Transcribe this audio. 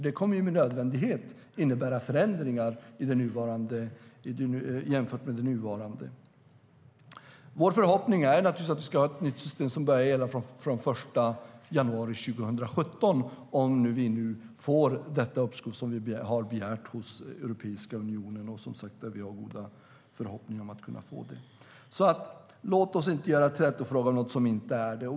Det kommer med nödvändighet att innebära förändringar jämfört med det nuvarande. Låt oss inte göra en trätofråga av något som inte är det!